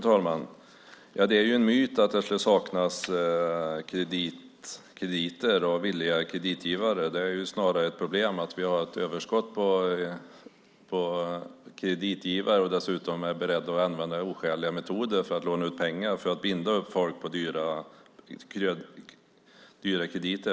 Fru talman! Det är en myt att det skulle saknas krediter och villiga kreditgivare. Det är snarare ett problem att vi har ett överskott på kreditgivare som dessutom är beredda att använda oskäliga metoder för att låna ut pengar för att binda upp folk vid dyra krediter.